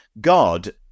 God